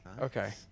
Okay